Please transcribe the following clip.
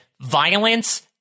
violence